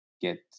get